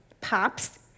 pops